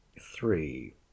three